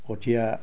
কঠীয়া